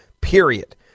period